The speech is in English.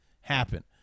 happen